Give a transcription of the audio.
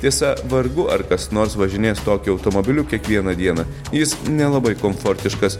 tiesa vargu ar kas nors važinės tokiu automobiliu kiekvieną dieną jis nelabai komfortiškas